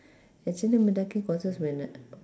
actually mendaki courses when